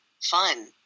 fun